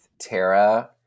Tara